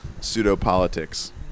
pseudo-politics